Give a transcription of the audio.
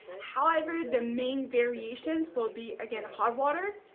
however, the main variations will be again hot water,